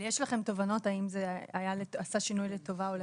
יש לכם תובנות האם זה עשה שינוי לטובה או לרעה?